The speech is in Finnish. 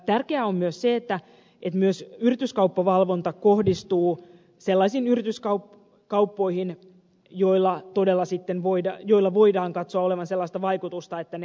tärkeää on myös se että myös yrityskauppavalvonta kohdistuu sellaisiin yrityskauppoihin joilla todella voidaan katsoa olevan sellaista vaikutusta että ne haittaavat kilpailua